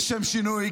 לשם שינוי,